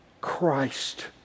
Christ